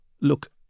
Look